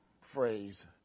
phrase